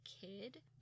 kid